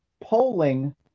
Polling